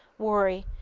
worry,